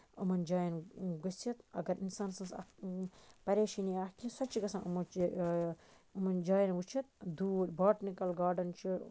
یِمَن جاین گٔژھِتھ اَگر اِنسان سٕنز اکھ پَریشٲنی اکھ سۄ تہِ چھےٚ گژھان یِمَو چیٖزو سۭتۍ یِمَن جاین وٕچھِتھ دوٗر بوٹِنِکَل گاڑٕن چھُ